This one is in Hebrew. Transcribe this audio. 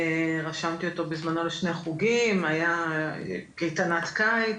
רשמתי אותו בזמנו לשני חוגים, הייתה קייטנת קיץ